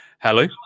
Hello